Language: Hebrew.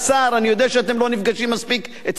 אני יודע שאתם לא נפגשים מספיק אצל הרב,